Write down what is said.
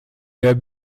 wer